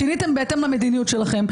שיניתם בהתאם למדיניות שלכם.